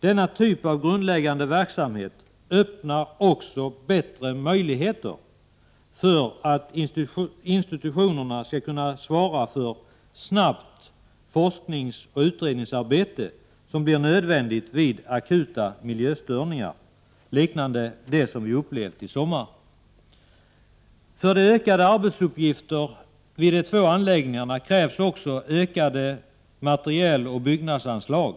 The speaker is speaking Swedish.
Denna typ av grundläggande verksamhet öppnar också bättre möjligheter för att institutionerna skall kunna svara för snabbt forskningsoch utredningsarbete, som blir nödvändigt vid akuta miljöstörningar, liknande dem som vi upplevt i sommar. För de ökade arbetsuppgifterna vid de två anläggningarna krävs också ökade materieloch byggnadsanslag.